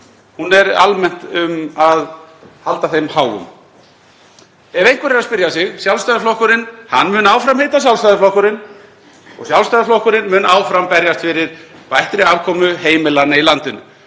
Hún er almennt um að halda þeim háum. Ef einhver er að spyrja sig mun Sjálfstæðisflokkurinn áfram heita Sjálfstæðisflokkurinn og Sjálfstæðisflokkurinn mun áfram berjast fyrir bættri afkomu heimilanna í landinu.